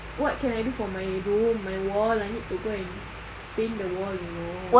what can I do for my room my wall I need to go and paint the wall you know